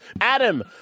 Adam